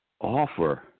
offer